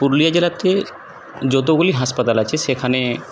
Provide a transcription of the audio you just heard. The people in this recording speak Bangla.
পুরুলিয়া জেলাতে যতগুলি হাসপাতাল আছে সেখানে